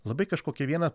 labai kažkokia viena